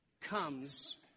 comes